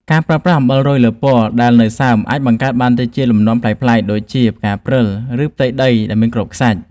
ការប្រើប្រាស់អំបិលរោយលើពណ៌ដែលនៅសើមអាចបង្កើតបានជាលំនាំប្លែកៗដូចជាផ្កាព្រិល ឬ ផ្ទៃដីដែលមានគ្រាប់ខ្សាច់។